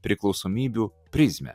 priklausomybių prizmę